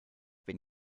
been